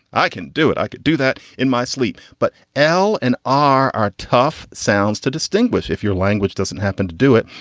i can do it. i could do that in my sleep. but l and are are tough sounds to distinguish if your language doesn't happen to do it.